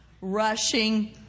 rushing